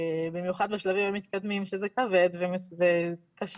במיוחד בשלבים המתקדמים כשזה כבד וקשה.